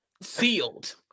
sealed